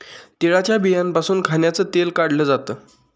तिळाच्या बियांपासून खाण्याचं तेल काढल जात